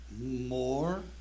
more